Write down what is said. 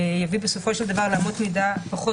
יביא בסופו של דבר לאמות מידה פחות